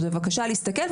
אז בבקשה להסתכל.